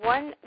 One